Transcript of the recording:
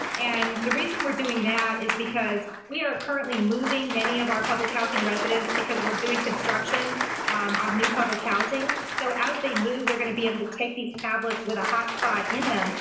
and the reason we're doing that is because we are currently moving many of our public housing residents, because we're doing construction on new public housing. so as they move, they're going to be able to take these tablets with a hotspot in them.